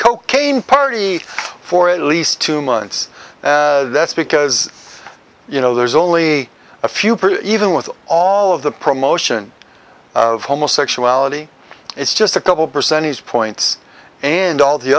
cocaine party for at least two months that's because you know there's only a few pretty even with all of the promotion of homosexuality it's just a couple percentage points and all the